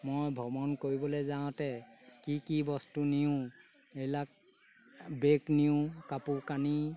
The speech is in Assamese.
মই ভ্ৰমণ কৰিবলৈ যাওঁতে কি কি বস্তু নিওঁ এইবিলাক বেগ নিওঁ কাপোৰ কানি